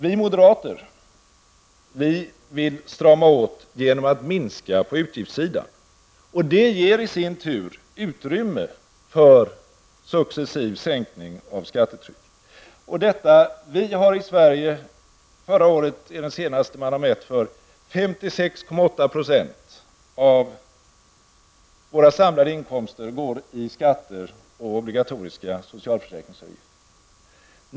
Vi moderater vill strama åt genom att minska på utgiftssidan. Det ger i sin tur utrymme för successiv sänkning av skattetrycket. I Sverige gick förra året 56,8 % av våra samlade inkomster till skatter och obligatoriska socialförsäkringsavgifter.